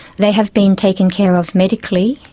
they have been taken care of medically,